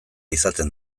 izaten